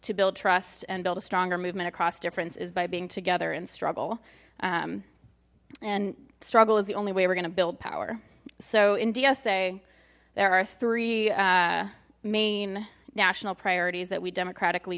to build trust and build a stronger movement across difference is by being together in struggle and struggle is the only way we're gonna build power so in dsa there are three main national priorities that we democratically